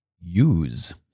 Use